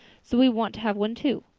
so we want to have one, too.